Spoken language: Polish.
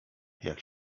jak